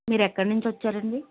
మీరు ఎక్కడ్నించి వచ్చారండి